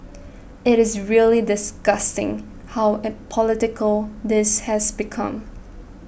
it is really disgusting how political this has become